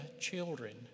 children